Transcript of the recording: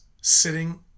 sitting